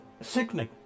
Sickening